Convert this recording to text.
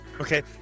Okay